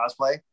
cosplay